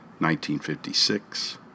1956